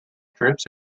strips